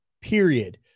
period